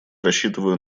рассчитываю